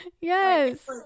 Yes